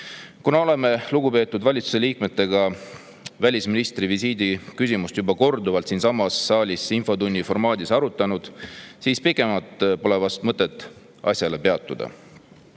Kuna me oleme lugupeetud valitsuse liikmetega välisministri visiidi küsimust juba korduvalt siinsamas saalis infotunni formaadis arutanud, siis pikemalt pole vast mõtet asjal peatuda.